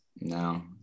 No